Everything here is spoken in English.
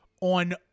on